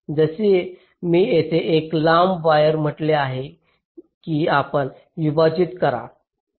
जसे मी येथे एक लांब वायर म्हटले आहे की आपण विभाजित करा